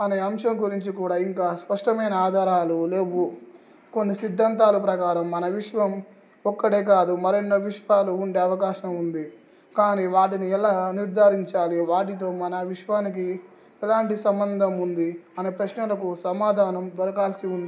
అనే అంశం గురించి కూడా ఇంకా స్పష్టమైన ఆధారాలు లేవు కొన్ని సిద్ధాంతాల ప్రకారం మన విశ్వం ఒక్కటే కాదు మరెన్నో విశ్వాలు ఉండే అవకాశం ఉంది కానీ వాటిని ఎలా నిర్ధారించాలి వాటితో మన విశ్వానికి ఎలాంటి సంబంధం ఉంది అనే ప్రశ్నలకు సమాధానం దొరకాల్సి ఉంది